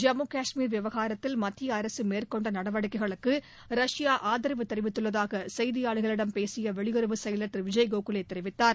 ஜம்மு கஷ்மீர் விவகாரத்தில் மத்திய அரசு மேற்கொண்ட நடவடிக்கைகளுக்கு ரஷ்யா ஆதரவு தெரிவித்துள்ளதாக செய்தியாளர்களிடம் பேசிப வெளியுறவு செயலர் திரு விஜய் கோகலே தெரிவித்தார்